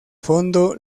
fondo